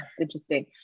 interesting